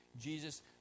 Jesus